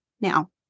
now